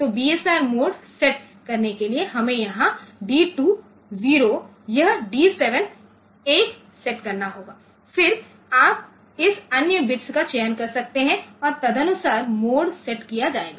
तो BSR mode set करने के लिए हमें यह डी 2 0 यह डी 7 1 सेट करना होगा फिर आप इस अन्य बिट्स का चयन कर सकते हैं और तदनुसार मोड सेट किया जाएगा